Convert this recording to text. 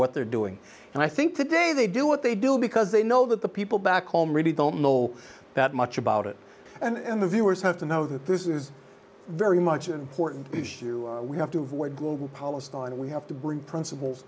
what they're doing and i think today they do what they do because they know that the people back home really don't know that much about it and the viewers have to know that this is very much an important issue we have to avoid global policy on we have to bring principles